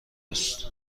است